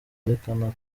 werekana